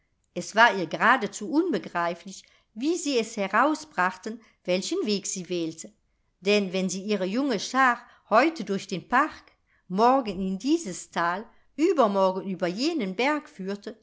es war ihr geradezu unbegreiflich wie sie es herausbrachten welchen weg sie wählte denn wenn sie ihre junge schar heute durch den park morgen in dieses thal übermorgen über jenen berg führte